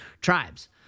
tribes